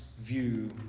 view